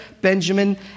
Benjamin